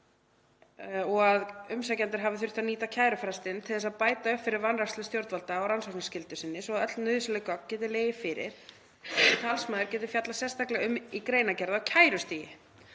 og að umsækjandi hafi þurft að nýta kærufrestinn, til þess að bæta upp fyrir vanrækslu stjórnvalda á rannsóknarskyldu sinni, svo að öll nauðsynleg gögn geti legið fyrir svo að talsmaður geti fjallað sérstaklega um það í greinargerð á kærustigi.